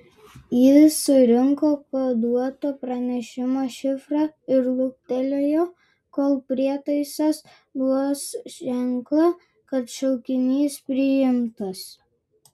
jis surinko koduoto pranešimo šifrą ir luktelėjo kol prietaisas duos ženklą kad šaukinys priimtas